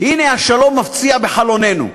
הנה השלום מפציע בחלוננו.